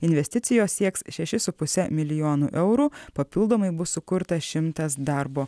investicijos sieks šešis su puse milijonų eurų papildomai bus sukurta šimtas darbo